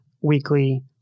weekly